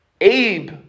Abe